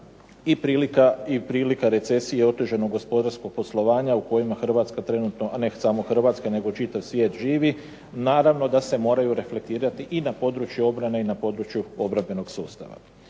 i prilika recesije, otežanog gospodarskog poslovanja u kojima Hrvatska trenutno, a ne samo Hrvatska, nego čitav svijet živi, naravno da se moraju reflektirati i na područje obrane i na području obrambenog sustava.